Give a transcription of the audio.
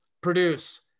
produce